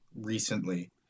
recently